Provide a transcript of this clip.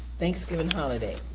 thanksgiving holiday.